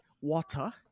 water